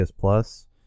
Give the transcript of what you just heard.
Plus